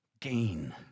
gain